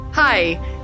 Hi